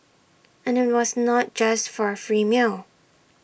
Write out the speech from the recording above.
and IT was not just for A free meal